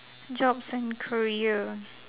jobs and career